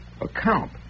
account